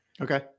okay